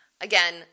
Again